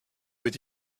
with